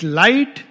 light